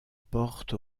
porte